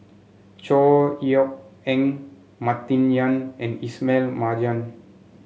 Chor Yeok Eng Martin Yan and Ismail Marjan